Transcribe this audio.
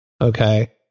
Okay